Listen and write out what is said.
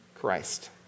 Christ